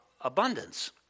abundance